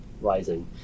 Rising